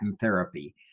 therapy